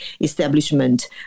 establishment